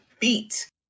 Feet